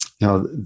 Now